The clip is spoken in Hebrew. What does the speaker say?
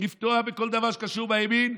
לפגוע בכל דבר שקשור בימין,